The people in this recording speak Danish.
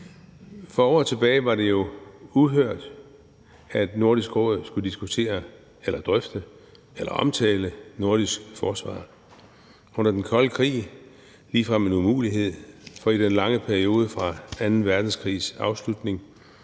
For år tilbage var det jo uhørt, at Nordisk Råd skulle diskutere eller drøfte eller omtale nordisk forsvar. Under den kolde krig var det ligefrem en umulighed, for i den lange periode fra anden verdenskrigs afslutning